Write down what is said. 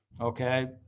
Okay